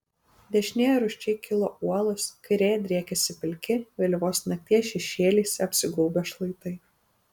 dešinėje rūsčiai kilo uolos kairėje driekėsi pilki vėlyvos nakties šešėliais apsigaubę šlaitai